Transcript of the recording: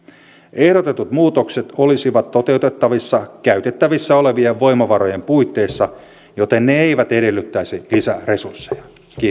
ehdotetut muutokset olisivat toteutettavissa käytettävissä olevien voimavarojen puitteissa joten ne eivät edellyttäisi lisäresursseja